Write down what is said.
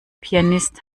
pianist